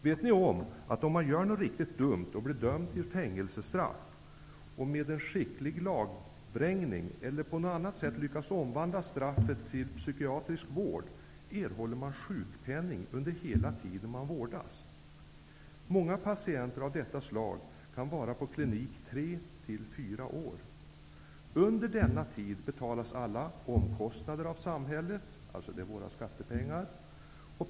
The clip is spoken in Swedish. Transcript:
Vet ni att om man gör någonting riktigt dumt och blir dömd till fängelsestraff och med en skicklig lagvrängning eller på annat sätt lyckas förvandla straffet till psykiatrisk vård, erhåller man sjukpenning under hela den tid man vårdas? Många patienter av detta slag kan vara på klinik tre fyra år. Under denna tid betalas alla omkostnader av samhället -- det är alltså våra skattepengar.